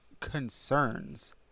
concerns